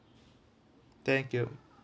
thank you